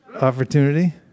Opportunity